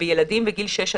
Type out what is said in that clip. בילדים בגיל 9-6,